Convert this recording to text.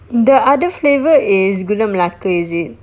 the other flavour is gula melaka is it